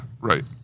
Right